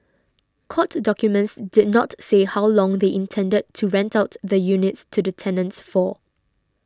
court documents did not say how long they intended to rent out the units to the tenants for